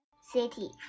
city